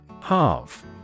Half